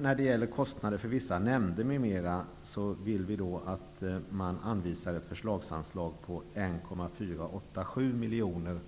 avser kostnader för vissa nämnder m.m. Vi vill att man anvisar ett förslagsanslag på 1,487 miljoner.